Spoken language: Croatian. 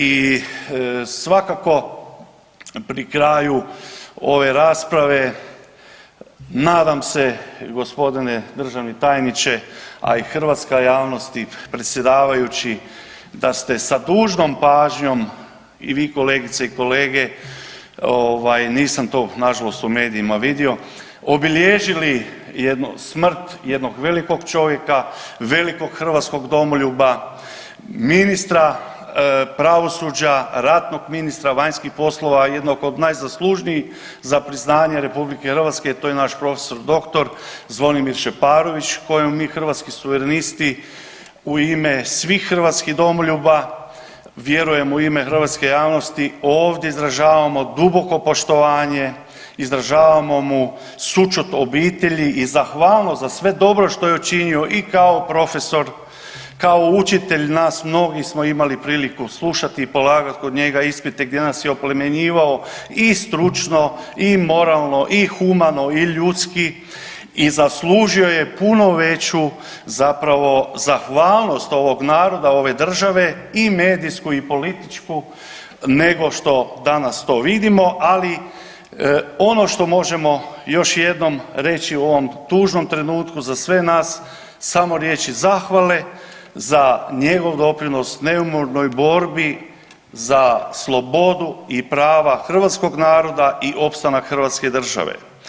I svakako pri kraju ove rasprave nadam se gospodine državni tajniče, a i hrvatska javnosti, predsjedavajući da ste sa dužnom pažnjom i vi kolegice i kolege ovaj nisam to nažalost u medijima vidio obilježili jedno smrt jednog velikog čovjeka, velikog hrvatskog domoljuba, ministra pravosuđa, ratnog ministra vanjskih poslova, jednog od najzaslužnijih za priznavanje RH to je naš prof.dr. Zvonimir Šeparović kojem mi Hrvatski suverenisti u ime svih hrvatskih domoljuba, vjerujem u ime hrvatske javnosti ovdje izražavamo duboko poštovanje, izražavamo mu sućut obitelji i zahvalnost za sve dobro što je učinio i kao profesor, kao učitelj nas, mnogi smo imali priliku slušati i polagati kod njega ispite gdje nas je oplemenjivao i stručno i moralno i humano i ljudski i zaslužio je puno veću zapravo zahvalnost ovog naroda, ove države i medijsku i političku nego što danas to vidimo, ali ono što možemo još jednom reći u ovom tužnom trenutku za sve nas samo riječi zahvale za njegov doprinos neumornoj borbi za slobodu i prava hrvatskog naroda i opstanak hrvatske države.